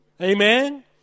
Amen